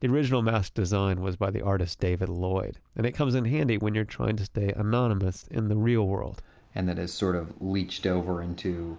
the original mask design was by the artist david lloyd. and it comes in handy when you're trying to stay anonymous in the real world and that has sort of reached over into